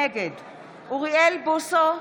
נגד אוריאל בוסו,